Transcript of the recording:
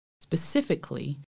specifically